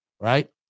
right